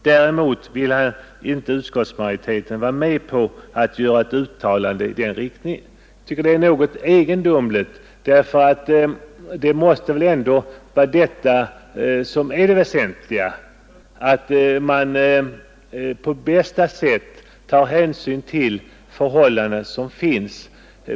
Däremot vill inte utskottsmajoriteten vara med om att göra något uttalande i den riktningen. Det verkar något egendomligt, eftersom väl det väsentliga ändå måste vara att man på bästa sätt tar hänsyn till de förhållanden som råder.